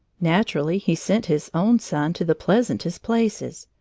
naturally he sent his own son to the pleasantest places,